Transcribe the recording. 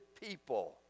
people